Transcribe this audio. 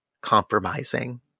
compromising